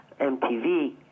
MTV